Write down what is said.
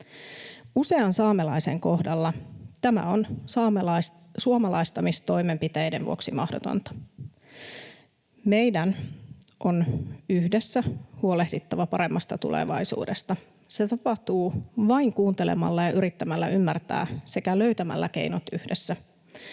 Usean saamelaisen kohdalla tämä on suomalaistamistoimenpiteiden vuoksi mahdotonta. Meidän on yhdessä huolehdittava paremmasta tulevaisuudesta. Se tapahtuu vain kuuntelemalla ja yrittämällä ymmärtää sekä löytämällä keinot yhdessä.